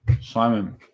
Simon